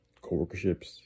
co-workerships